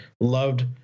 Loved